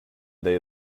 day